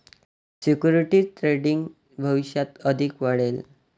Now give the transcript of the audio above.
securities trading भविष्यात अधिक वाढेल